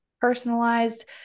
personalized